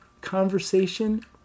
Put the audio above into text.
conversation